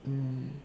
mm